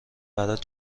برات